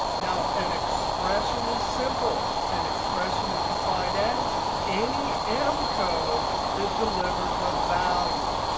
now an expression is simple. an expression is defined as any m code that delivers a value,